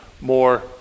more